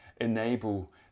enable